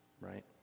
right